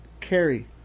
carry